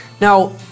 Now